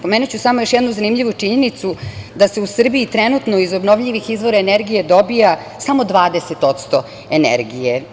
Pomenuću samo još jednu zanimljivu činjenicu, da se u Srbiji trenutno iz obnovljivih izvora energije dobija samo 20% energije.